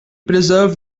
preserve